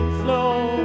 flow